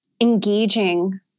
engaging